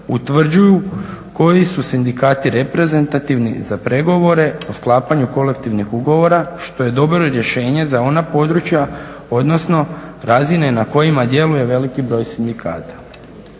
utvrđuju koji su sindikati reprezentativni za pregovore o sklapanju kolektivnih ugovora što je dobro rješenje za ona područja, odnosno razine na kojima djeluje veliki broj sindikata.